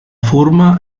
forma